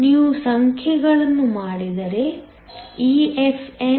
ನೀವು ಸಂಖ್ಯೆಗಳನ್ನು ಮಾಡಿದರೆ EFn EFikTln